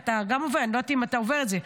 אני לא יודעת אם אתה עובר את זה,